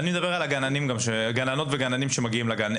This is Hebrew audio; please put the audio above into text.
אני מדבר על הגננות והגננים שמגיעים לגן.